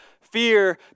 fear